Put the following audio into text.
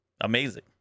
amazing